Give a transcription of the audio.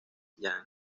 jane